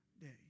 day